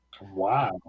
wow